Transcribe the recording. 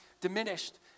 diminished